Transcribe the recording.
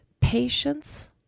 patience